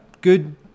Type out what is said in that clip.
good